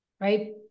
right